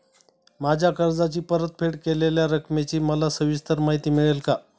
माझ्या कर्जाची परतफेड केलेल्या रकमेची मला सविस्तर माहिती मिळेल का?